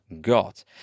got